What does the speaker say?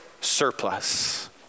surplus